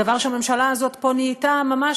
דבר שהממשלה הזאת פה נהייתה ממש,